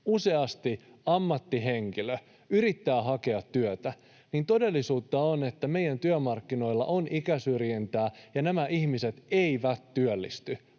useasti ammattihenkilö, yrittää hakea työtä, niin todellisuutta on, että meidän työmarkkinoilla on ikäsyrjintää ja nämä ihmiset eivät työllisty,